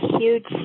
huge